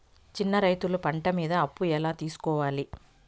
చిన్న రైతులు పంట మీద అప్పు ఎలా తీసుకోవాలి?